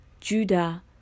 Judah